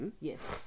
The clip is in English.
Yes